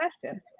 question